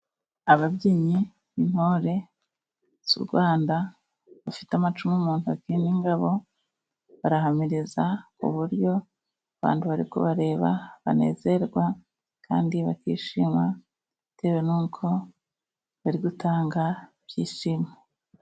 Ababyinnyi b'intore z'urwanda bafite amacumu mu ntoki n'ingabo barahamiriza, k'uburyo abantu bari kubareba banezerwa kandi bakishima bitewe n'uko bari gutanga ibyishimo.